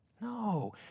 No